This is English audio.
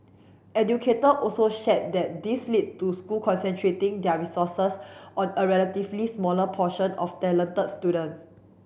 educator also shared that this led to school concentrating their resources on a relatively smaller portion of talent student